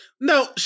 No